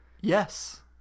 yes